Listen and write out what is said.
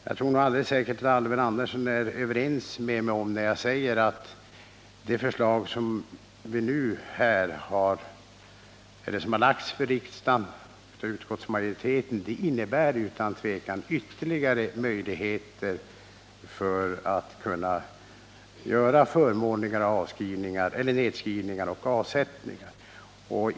Jag tror också att Alvar Andersson är överens med mig när jag säger att det förslag som nu framlagts av utskottsmajoriteten innebär ytterligare möjligheter att göra förmånliga nedskrivningar och avsättningar.